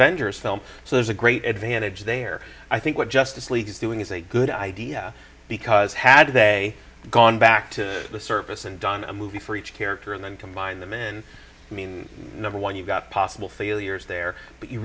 avengers film so there's a great advantage there i think what justice league is doing is a good idea because had they gone back to the surface and done a movie for each character and then combine them and i mean number one you've got possible failures there but you